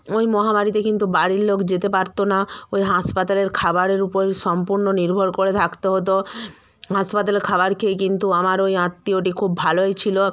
ওই মহামারীতে কিন্তু বাড়ির লোক যেতে পারত না ওই হাসপাতালের খাবারের উপরই সম্পূর্ণ নির্ভর করে থাকতে হতো হাসপাতালে খাবার খেয়ে কিন্তু আমার ওই আত্মীয়টি খুব ভালোই ছিলো